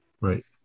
Right